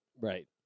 Right